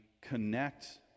connect